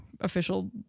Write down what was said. official